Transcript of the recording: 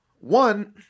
One